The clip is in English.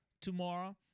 tomorrow